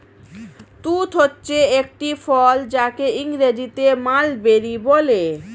তুঁত হচ্ছে একটি ফল যাকে ইংরেজিতে মালবেরি বলে